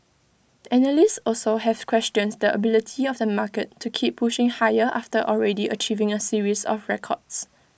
analysts also have questioned the ability of the market to keep pushing higher after already achieving A series of records